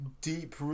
deep